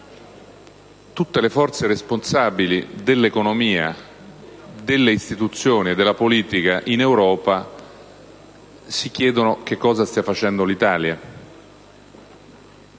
tutte le forze responsabili dell'economia, delle istituzioni e della politica in Europa si chiedono che cosa stia facendo l'Italia.